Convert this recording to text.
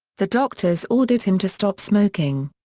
the doctors ordered him to stop smoking.